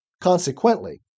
Consequently